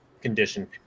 condition